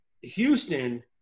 Houston